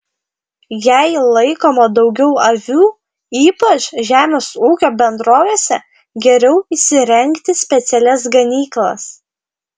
jei laikoma daugiau avių ypač žemės ūkio bendrovėse geriau įsirengti specialias ganyklas